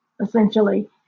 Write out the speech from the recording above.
essentially